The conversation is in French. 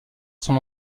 son